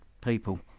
people